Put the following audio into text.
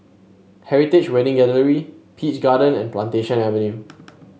Heritage Wedding Gallery Peach Garden and Plantation Avenue